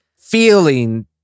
feeling